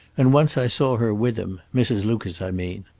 and once i saw her with him mrs. lucas, i mean.